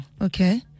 okay